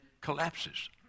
collapses